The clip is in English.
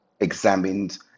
examined